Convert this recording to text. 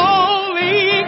Holy